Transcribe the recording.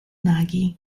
nagi